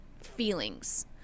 feelings